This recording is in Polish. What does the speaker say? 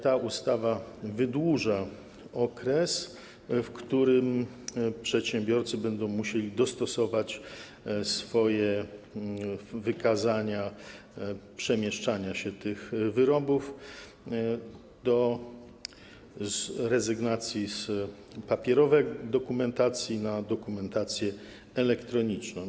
Ta ustawa wydłuża okres, w którym przedsiębiorcy będą musieli dostosować swoje wykazania przemieszczania się tych wyrobów, chodzi o rezygnację, przejście z papierowej dokumentacji na dokumentację elektroniczną.